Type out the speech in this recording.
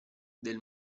del